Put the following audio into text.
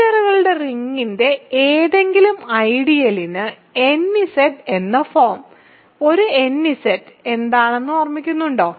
ഇന്റിജെർകളുടെ റിങ്ങിന്റെ ഏതെങ്കിലും ഐഡിയലിന് nZ എന്ന ഫോം ഒരു nZ എന്താണെന്ന് ഓർമ്മിക്കുന്നുണ്ടോ